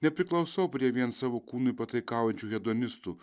nepriklausau prie vien savo kūnui pataikaujančių hedonistų